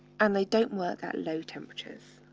and they don't work at low temperatures.